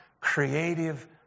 creative